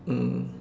mm